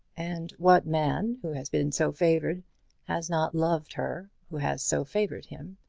and what man who has been so favoured has not loved her who has so favoured him,